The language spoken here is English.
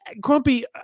Grumpy